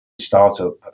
startup